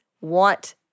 want